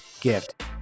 gift